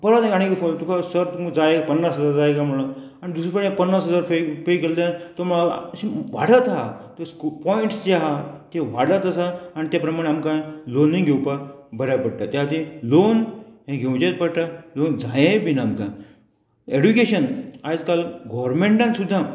परत एक आनी एक तुका सर तुका जाय पन्नास हजार जाय काय म्हणून आनी दुसरे फावटीं पन्नास हजार फे पे केल्या तो म्हणो लागलो अशें वाडत आहा तें पॉयंट्स जे आहा तें वाडत आसा आनी तें प्रमाणे आमकां लॉनूय घेवपाक बऱ्या पडटा त्या खातीर लॉन हे घेवचेच पडटा लॉन जाये बीन आमकां एडुकेशन आयज काल गोवोरमेंटान सुद्दां